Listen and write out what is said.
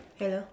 hello